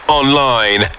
online